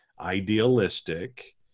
idealistic